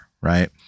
right